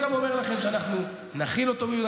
החוק הגיע בלי יהודה